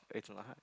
it's in my heart